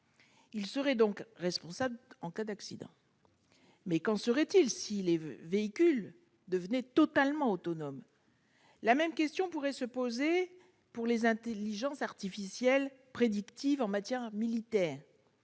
Il serait donc en théorie responsable en cas d'accident, mais qu'en serait-il si les véhicules devenaient totalement autonomes ? La même question pourrait se poser pour les intelligences artificielles prédictives en matière militaire.